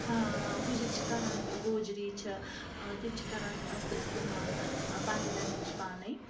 گُجِرۍ چھِ کَران گوجری چھِ تِم چھِ کَران سُہ استعمال پَنٕنۍ لینٛگویج پانَے